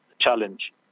challenge